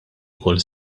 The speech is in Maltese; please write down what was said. ukoll